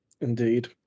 Indeed